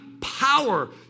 power